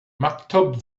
maktub